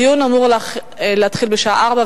הדיון אמור להתחיל בשעה 16:00,